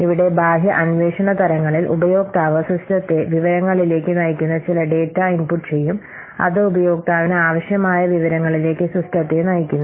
ഇവിടെ ബാഹ്യ അന്വേഷണ തരങ്ങളിൽ ഉപയോക്താവ് സിസ്റ്റത്തെ വിവരങ്ങളിലേക്ക് നയിക്കുന്ന ചില ഡാറ്റ ഇൻപുട്ട് ചെയ്യും അത് ഉപയോക്താവിന് ആവശ്യമായ വിവരങ്ങളിലേക്ക് സിസ്റ്റത്തെ നയിക്കുന്നു